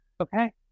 Okay